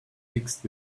mixed